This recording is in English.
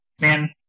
man –